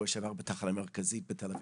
אני הייתי בשבוע שעבר בתחנה המרכזית בתל אביב,